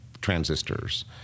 transistors